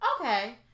Okay